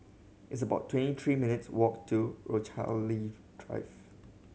it's about twenty three minutes' walk to Rochalie Drive